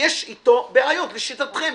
ויש איתו בעיות לשיטתכם.